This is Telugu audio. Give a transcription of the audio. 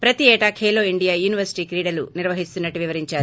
ప్రతి ఏటా ఖేలో ఇండియా యూనివర్శిటీ క్రీడలు నిర్వహిస్తున్నట్టు వివరించారు